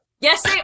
Yes